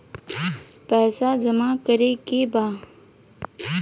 पैसा जमा करे के बा?